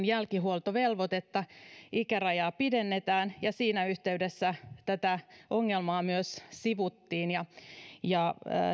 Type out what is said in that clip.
jälkihuoltovelvoitteen ikärajaa pidennetään ja siinä yhteydessä tätä ongelmaa myös sivuttiin ja ja